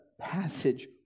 passage